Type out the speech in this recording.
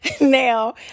Now